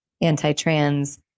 anti-trans